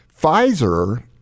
Pfizer